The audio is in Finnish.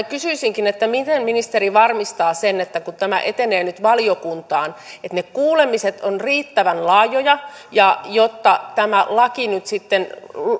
kysyisinkin miten ministeri varmistaa sen kun tämä etenee nyt valiokuntaan että ne kuulemiset ovat riittävän laajoja ja että tämä laki nyt sitten